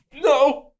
No